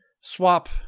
swap